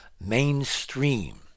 mainstream